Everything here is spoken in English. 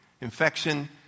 Infection